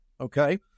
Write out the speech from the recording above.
Okay